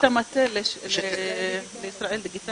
יש את המטה לישראל דיגיטלית.